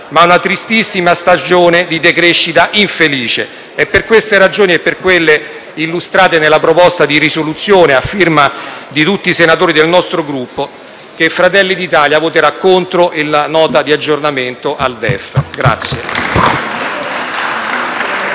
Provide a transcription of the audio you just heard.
ma una tristissima stagione di decrescita infelice. È per questa ragione e per quelle illustrate nella proposta di risoluzione a firma di tutti i senatori del nostro Gruppo che Fratelli d'Italia voterà contro la Nota di aggiornamento al DEF.